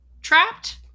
trapped